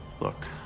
Look